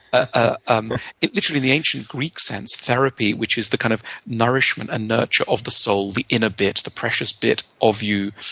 ah um literally in the ancient greek sense, therapy, which is the kind of nourishment and nurture of the soul, the inner bit, the precious bit of you.